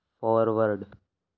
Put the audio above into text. forward